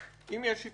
אם יש שיקולים של